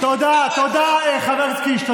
תודה, חבר הכנסת קיש.